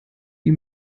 wie